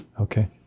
Okay